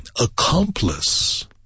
accomplice